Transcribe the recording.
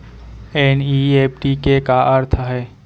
NEFT के का अर्थ है?